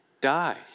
die